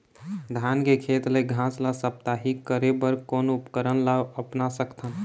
धान के खेत ले घास ला साप्ताहिक करे बर कोन उपकरण ला अपना सकथन?